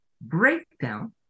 breakdown